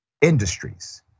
industries